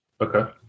Okay